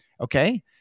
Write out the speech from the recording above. Okay